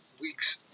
weeks